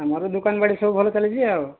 ଆମର ଦୋକାନ ବାଡ଼ି ସବୁ ଭଲ ଚାଲିଛି ଆଉ